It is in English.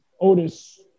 Otis